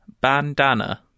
bandana